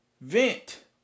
Vent